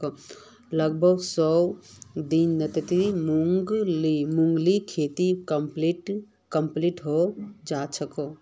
लगभग सौ दिनत मूंगेर खेती कंप्लीट हैं जाछेक